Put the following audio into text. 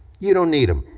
you don't need them.